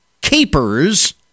capers